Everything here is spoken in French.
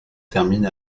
termine